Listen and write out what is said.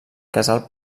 casal